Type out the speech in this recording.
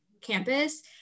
campus